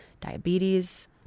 diabetes